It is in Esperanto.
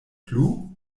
plu